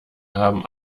haben